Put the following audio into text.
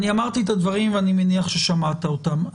אני אמרתי את הדברים ואני מניח ששמעת אותם.